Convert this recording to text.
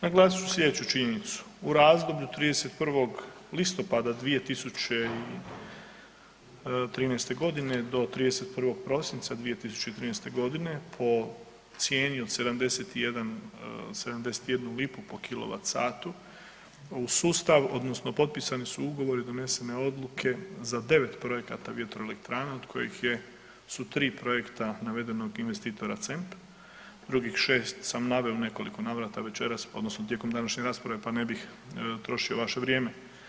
Naglasit ću slijedeću činjenicu, u razdoblju 31. listopada 2013.g. do 31. prosinca 2013.g. po cijeni od 71 lipu po kilovat satu u sustav, odnosno potpisani su ugovori, donesene odluke za 9 projekata vjetroelektrana od kojih je su 3 projekta navedenog investitora CEM, drugih 6 sam naveo u nekoliko navrata večeras odnosno tijekom današnje rasprave pa ne bih trošio vaše vrijeme.